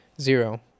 zero